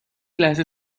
لحظه